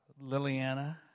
Liliana